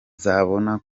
bazabona